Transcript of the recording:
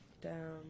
Down